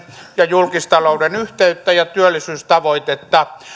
ja julkistalouden yhteyttä ja työllisyystavoitetta